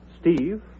Steve